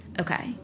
Okay